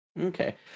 Okay